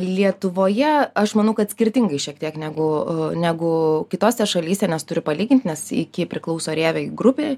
lietuvoje aš manau kad skirtingai šiek tiek negu negu kitose šalyse nes turi palyginti nes iki priklauso rievei grupei